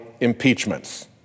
impeachments